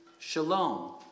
Shalom